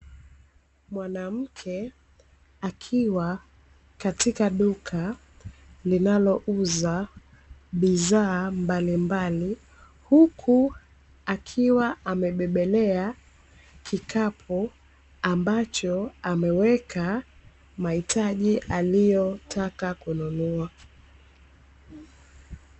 Mwanamke akiwa katika duka, linalo uza bidhaa mbalimbali, huku akiwa amebebelea kikapu ambacho ameweka mahitaji aliyo taka kununua.